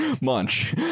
Munch